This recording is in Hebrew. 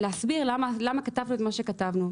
אשמח להסביר למה כתבנו את מה שכתבנו.